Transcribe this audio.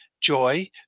joy